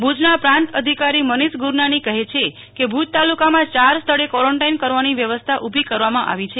ભુજ ના પ્રાંત અધિકારી મનીષ ગુરવાની કહે છે કે ભુજ તાલુકા માં ચાર સ્થળે ક્વોરેન્ટીન કરવાની વ્યવસ્થા ઊભી કરવા માં આવી છે